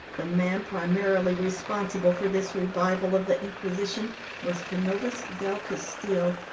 the man primarily responsible for this revival of the inquisition was canovas del castillo,